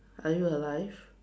are you alive